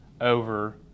over